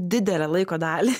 didelę laiko dalį